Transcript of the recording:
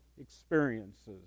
experiences